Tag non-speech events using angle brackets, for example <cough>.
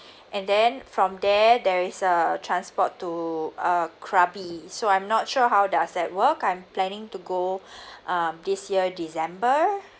and then from there there is a transport to uh krabi so I'm not sure how does that work I'm planning to go <breath> um this year december